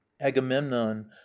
agamemnon